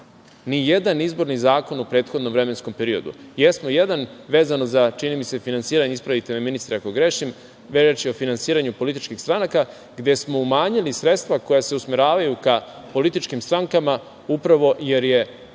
nijedan izborni zakon u prethodnom vremenskom periodu. Jesmo jedan vezano za finansiranje, ispravite me ministre ako grešim, gde je reč o finansiranju političkih stranaka gde smo umanjili sredstva koja se usmeravaju ka političkim strankama upravo jer je